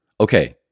Okay